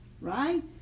right